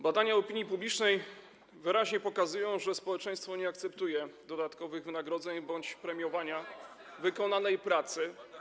Badania opinii publicznej wyraźnie pokazują, że społeczeństwo nie akceptuje dodatkowych wynagrodzeń bądź premiowania wykonanej pracy.